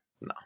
No